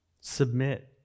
Submit